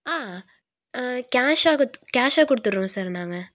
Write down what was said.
ஆ கேஷ்ஷாக குத் கேஷ்ஷாக கொடுத்துர்றோம் சார் நாங்கள்